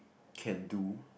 can do